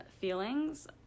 feelings